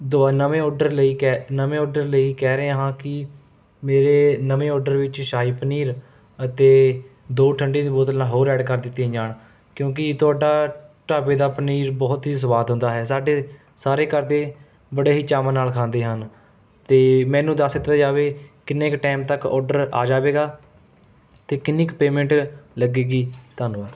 ਦੁਬਾ ਨਵੇਂ ਆਰਡਰ ਲਈ ਕਹਿ ਨਵੇਂ ਆਰਡਰ ਲਈ ਕਹਿ ਰਿਹਾ ਹਾਂ ਕਿ ਮੇਰੇ ਨਵੇਂ ਆਰਡਰ ਵਿੱਚ ਸ਼ਾਹੀ ਪਨੀਰ ਅਤੇ ਦੋ ਠੰਡੇ ਦੀ ਬੋਤਲਾਂ ਹੋਰ ਐਡ ਕਰ ਦਿੱਤੀਆਂ ਜਾਣ ਕਿਉਂਕਿ ਤੁਹਾਡਾ ਢਾਬੇ ਦਾ ਪਨੀਰ ਬਹੁਤ ਸਵਾਦ ਹੁੰਦਾ ਹੈ ਸਾਡੇ ਸਾਰੇ ਘਰਦੇ ਬੜੇ ਹੀ ਚਾਵਾਂ ਨਾਲ ਖਾਂਦੇ ਹਨ ਅਤੇ ਮੈਨੂੰ ਦੱਸ ਦਿੱਤਾ ਜਾਵੇ ਕਿੰਨੇ ਕੁ ਟਾਇਮ ਤੱਕ ਆਰਡਰ ਆ ਜਾਵੇਗਾ ਅਤੇ ਕਿੰਨੀ ਕੁ ਪੇਮੈਂਟ ਲੱਗੇਗੀ ਤੁਹਾਨੂੰ